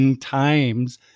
times